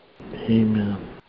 Amen